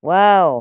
wow